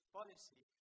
policy